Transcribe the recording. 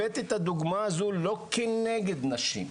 סליחה, אני הבאתי את הדוגמא הזו לא כנגד נשים,